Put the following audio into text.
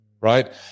Right